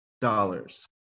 dollars